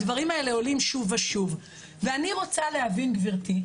הדברים האלה עולים שוב ושוב ואני רוצה להבין גברתי,